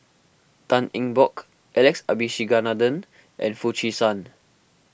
Tan Eng Bock Alex Abisheganaden and Foo Chee San